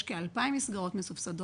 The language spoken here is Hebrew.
יש כ-2,000 מסגרות מסובסדות,